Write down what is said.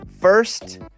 first